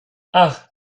ach